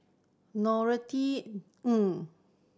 Norothy Ng